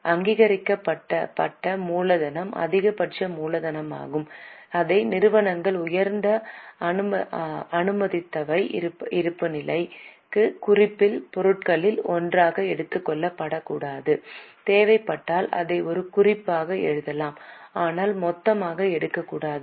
அங்கீகரிக்கப்பட்ட மூலதனம் அதிகபட்ச மூலதனமாகும் அதை நிறுவனங்கள் உயர்த்த அனுமதித்தவை இருப்புநிலைக் குறிப்பில் பொருட்களில் ஒன்றாக எடுத்துக்கொள்ளப்படக்கூடாது தேவைப்பட்டால் அதை ஒரு குறிப்பாக எழுதலாம் ஆனால் மொத்தமாக எடுக்கக்கூடாது